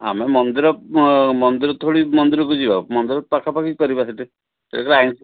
ଆମେ ମନ୍ଦିର ମନ୍ଦିର ଥୋଡ଼ି ମନ୍ଦିରକୁ ଯିବା ମନ୍ଦିର ପାଖାପାଖି କରିବା ସେଠି ସେଠି ଆଁ